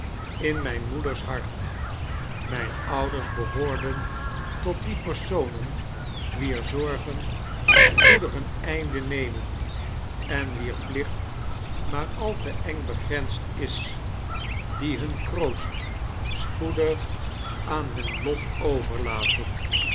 in mijn moeders hart mijne onders behoorden tot die personen wier zorgen spoedig een einde nemen en wier plicht maar al te eng begrensd is die hun kroost spoedig aan hun lot ovetrlaten